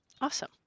Awesome